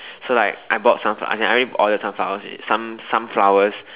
so like I bought some flower as in I already ordered some flowers already some some some flowers